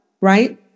Right